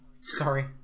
Sorry